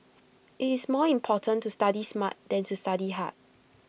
IT is more important to study smart than to study hard